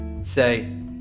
say